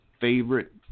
favorite